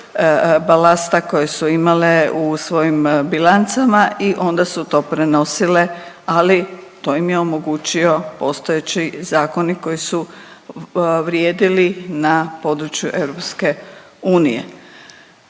balasta koje su imale u svojim bilancama i onda su to prenosile, ali to im je omogućio postoji zakoni koji su vrijedili na području EU.